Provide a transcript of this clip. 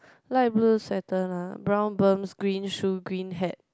light blue sweater lah brown perms green shoe green hat